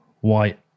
white